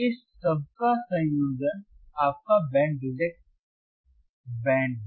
इस सबका संयोजन आपका बैंड रिजेक्ट बैंड है